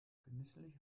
genüsslich